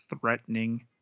threatening